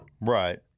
Right